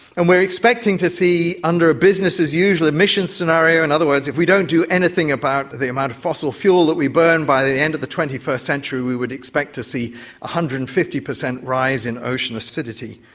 and we are expecting to see, under a business-as-usual emissions scenario, in other words, if we don't do anything about the amount of fossil fuel that we burn by the end of the twenty first century, we would expect to see one hundred and fifty percent rise in ocean acidity,